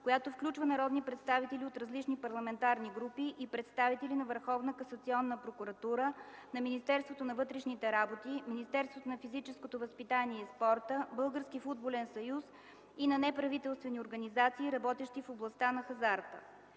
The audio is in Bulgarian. която включва народни представители от различни парламентарни групи и представители на Върховна касационна прокуратура, на Министерството на вътрешните работи, Министерството на физическото възпитание и спорта, Българския футболен съюз и на неправителствени организации, работещи в областта на хазарта.